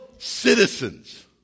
Citizens